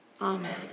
amen